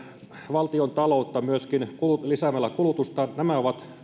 valtiontaloutta myöskin lisäämällä kulutusta ovat